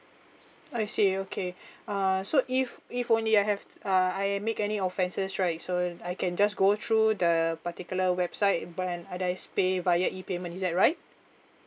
I see okay uh so if if only I have uh I make any offences right so I can just go through the particular website and I just pay via E payment is that right